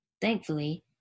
thankfully